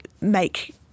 make